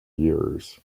years